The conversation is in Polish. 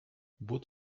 but